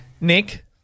Nick